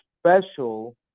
special